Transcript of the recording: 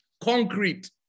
Concrete